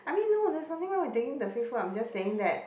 I mean no there's nothing wrong with taking the free food I'm just saying that